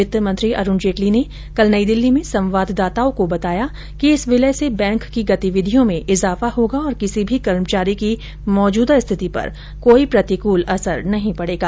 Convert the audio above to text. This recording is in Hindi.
वित्तमंत्री अरूण जेटली ने कल नई दिल्ली में संवाददाताओं को बताया कि इस विलय से बैंक की गतिविधियों में इजाफा होगा और किसी भी कर्मचारी की मौजूदा स्थिति पर कोई प्रतिकूल असर नहीं पड़ेगा